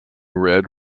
red